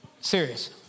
Serious